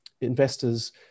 investors